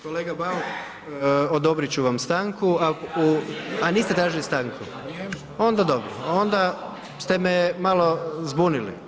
Kolega Bauk odobrit ću vam stanku, a niste tražili stanku, onda dobro onda ste me malo zbunili.